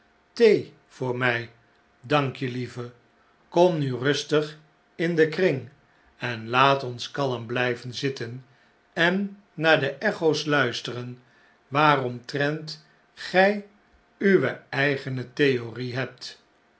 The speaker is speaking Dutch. thee voor my dank je lieve kom nu rustig in den kring en laat ons kalm biyven zitten en naar de echo's luisteren waaromtrent gg uwe eigene theorie hebt